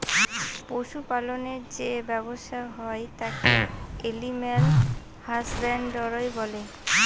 পশু পালনের যে ব্যবসা হয় তাকে এলিম্যাল হাসব্যানডরই বলে